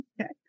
Okay